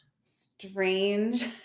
strange